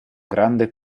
grande